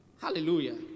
Hallelujah